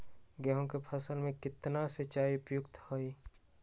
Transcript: गेंहू के फसल में केतना सिंचाई उपयुक्त हाइ?